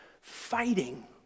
fighting